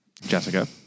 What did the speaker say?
Jessica